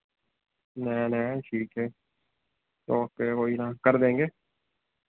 नया नया ठीक है ओके कोई ना कर देंगे